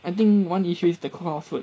I think one issues the craw food